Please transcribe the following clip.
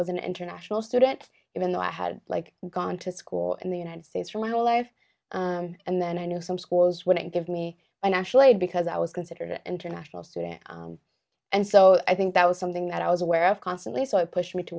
was an international student even though i had like gone to school in the united states for my whole life and then i know some schools wouldn't give me a national aid because i was considered an international student and so i think that was something that i was aware of constantly so i pushed me to